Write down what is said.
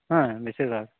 ᱦᱮᱸ ᱵᱤᱥᱤᱨ ᱵᱷᱟᱜᱽ